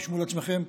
רשמו לעצמכם: